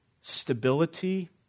stability